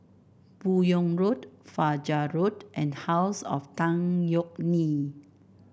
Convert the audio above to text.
Buyong Road Fajar Road and House of Tan Yeok Nee